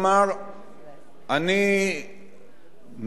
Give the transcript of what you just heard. אני מודה ומכיר בכך